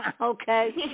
okay